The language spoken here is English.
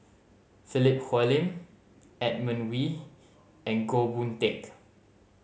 Philip Hoalim Edmund Wee and Goh Boon Teck